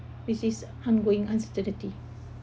which is ongoing uncertainty